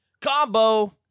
combo